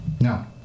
No